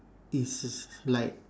this is like